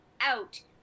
out